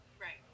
right